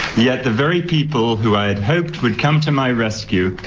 yet the very people who i'd hoped would come to my rescue,